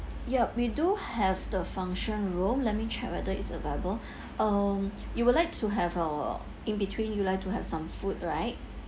yup we do have the function room let me check whether it's available um you would like to have uh in between you like to have some food right